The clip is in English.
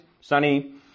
sunny